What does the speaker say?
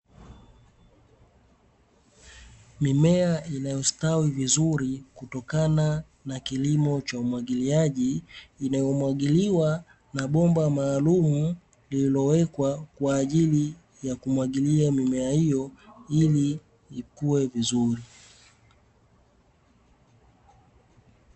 Mimea inayostawi vizuri kutokana na kilimo cha umwagiliaji, inayomwagiliwa na bomba maalumu lililowekwa kwa ajili ya kumwagilia mimea hiyo, ili ikue vizuri.